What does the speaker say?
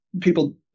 people